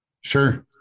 Sure